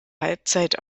halbzeit